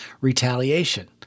Retaliation